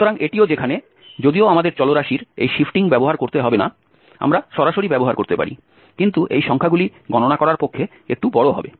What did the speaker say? সুতরাং এটিও যেখানে যদিও আমাদের চলরাশির এই শিফটিং ব্যবহার করতে হবে না আমরা সরাসরি ব্যবহার করতে পারি কিন্তু এই সংখ্যাগুলি গণনা করার পক্ষে একটু বড় হবে